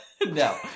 No